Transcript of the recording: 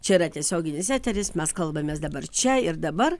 čia yra tiesioginis eteris mes kalbamės dabar čia ir dabar